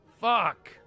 Fuck